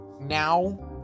now